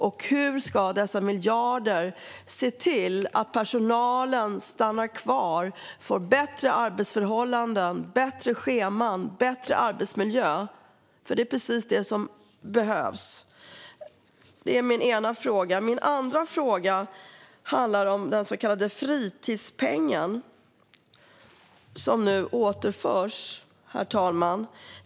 Och hur ska dessa miljarder göra att personalen stannar kvar, får bättre arbetsförhållanden, bättre scheman och bättre arbetsmiljö? Det är nämligen precis det som behövs. Det var min ena fråga. Herr talman! Min andra fråga handlar om den så kallade fritidspengen, som nu återinförs.